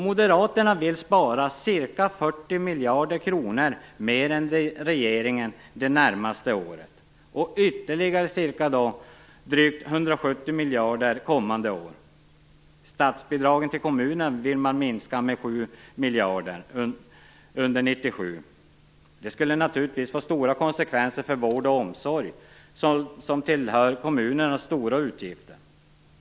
Moderaterna vill spara ca 40 miljarder kronor mer än regeringen under det närmaste året och ytterligare ca drygt 170 miljarder kommande år. Statsbidraget till kommunerna vill man dra ned med ca 7 miljarder kronor under 1997. Det skulle få stora negativa konsekvenser för vård och omsorg, som hör till kommunernas stora utgifter.